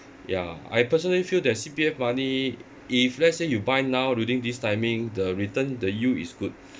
ya I personally feel that C_P_F money if let's say you buy now during this timing the return the yield is good